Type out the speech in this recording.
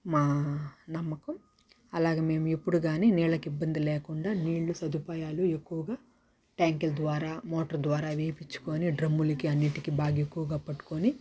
మా నమ్మకం అలాగే మేమెప్పుడు కానీ నీళ్ళకి ఇబ్బంది లేకుండా నీళ్ళ సదుపాయాలు ఎక్కువగా ట్యాంకీల ద్వారా మోటార్ ద్వారా వేయించుకొని డ్రమ్ములకి అన్నింటికి బాగా ఎక్కువగా పట్టుకుని